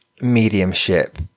mediumship